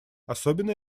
особенно